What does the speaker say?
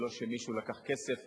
זה לא שמישהו לקח כסף